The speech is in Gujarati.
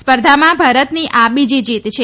સ્પર્ધામાં આ ભારતની બીજી જીત છે